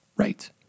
right